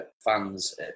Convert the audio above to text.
fans